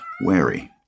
wary